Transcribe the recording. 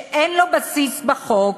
שאין לו בסיס בחוק,